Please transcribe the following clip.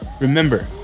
remember